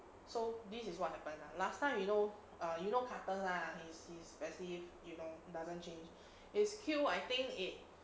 so this is what happened lah last time you know err you know karthus lah his his especially you don't doesn't change his kill I think it